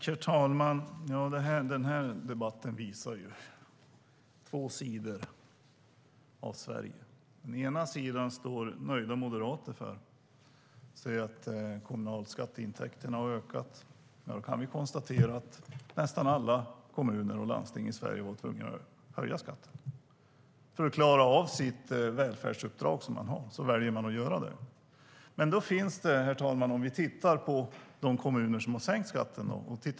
Herr talman! Den här debatten visar två sidor av Sverige. Den ena sidan står nöjda moderater för. De säger att de kommunala skatteintäkterna har ökat. Då kan vi konstatera att nästan alla kommuner och landsting i Sverige varit tvungna att höja skatten. För att klara av det välfärdsuppdrag man har väljer man att göra det. Vilka är då de kommuner som har sänkt skatten?